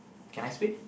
can I speak